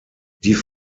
die